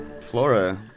Flora